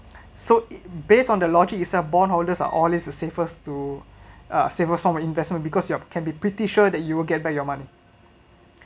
so based on the logic itself bondholders are all is the safest to uh safest form in investment because you’re can be pretty sure that you will get back your money